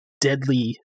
deadly